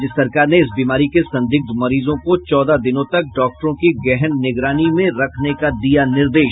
राज्य सरकार ने इस बीमारी के संदिग्ध मरीजों को चौदह दिनों तक डॉक्टरों की गहन निगरानी में रखने का दिया निर्देश